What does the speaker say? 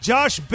Josh